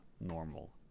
normal